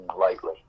lightly